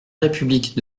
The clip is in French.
république